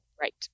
right